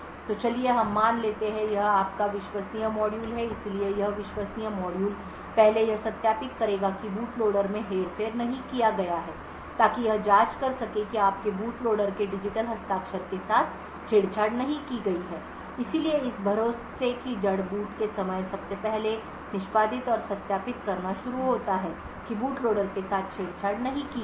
तो चलिए हम मान लेते हैं कि यह आपका विश्वसनीय मॉड्यूल है इसलिए यह विश्वसनीय मॉड्यूल पहले यह सत्यापित करेगा कि बूट लोडर में हेरफेर नहीं किया गया है ताकि यह जाँच कर सके कि आपके बूट लोडर के डिजिटल हस्ताक्षर के साथ छेड़छाड़ नहीं की गई है इसलिए इस भरोसे की जड़ बूट के समय सबसे पहले निष्पादित और सत्यापित करना शुरू होता है कि बूट लोडर के साथ छेड़छाड़ नहीं की गई है